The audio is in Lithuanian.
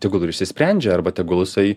tegul ir išsisprendžia arba tegul jisai